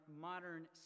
modern